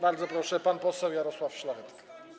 Bardzo proszę, pan poseł Jarosław Szlachetka.